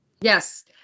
Yes